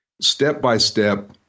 step-by-step